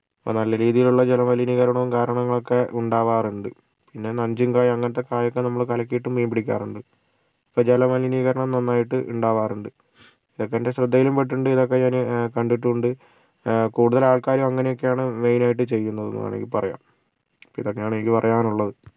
നല്ല രീതിയിലുള്ള ജല മലിനീകരണവും കാരണങ്ങളുമൊക്കെ ഉണ്ടാകാറുണ്ട് പിന്നേ നഞ്ചിൻകായ് അങ്ങനത്തെ കായൊക്കേ നമ്മള് കലക്കിയിട്ടും മീൻ പിടിക്കാറുണ്ട് അപ്പം ജല മലിനീകരണം നന്നായിട്ട് ഉണ്ടാകാറുണ്ട് ഇതൊക്കേ എൻ്റെ ശ്രദ്ധയിലും പെട്ടിട്ടുണ്ട് ഇതൊക്കേ ഞാന് കണ്ടിട്ടും ഉണ്ട് കൂടുതലാൾക്കാരും അങ്ങനെയൊക്കെയാണ് മെയിനായിട്ട് ചെയ്യുന്നത് എന്ന് വേണമെങ്കിൽ പറയാം അപ്പോൾ ഇതൊക്കെയാണ് എനിക്ക് പായാനുള്ളത്